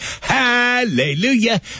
Hallelujah